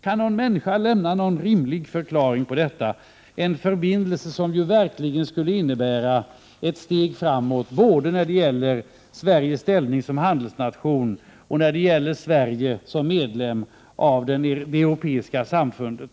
Kan någon människa lämna en rimlig förklaring till detta? Det handlar ju om en förbindelse som verkligen skulle innebära ett steg framåt både när det gäller Sveriges ställning som handelsnation och när det gäller Sverige som medlem av det europeiska samfundet.